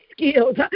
skills